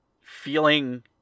feeling